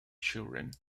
children